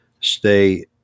stay